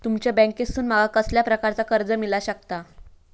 तुमच्या बँकेसून माका कसल्या प्रकारचा कर्ज मिला शकता?